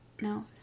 No